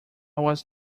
was